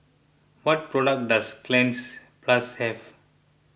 what products does Cleanz Plus have